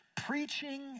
Preaching